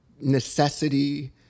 necessity